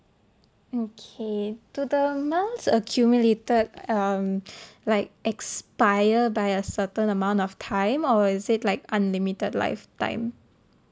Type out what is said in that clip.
okay do the miles accumulated um like expire by a certain amount of time or is it like unlimited lifetime